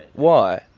why?